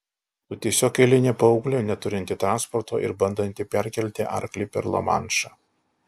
tu tiesiog eilinė paauglė neturinti transporto ir bandanti perkelti arklį per lamanšą